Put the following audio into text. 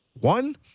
One